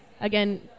again